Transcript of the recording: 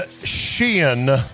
Sheehan